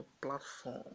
platform